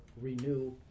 renew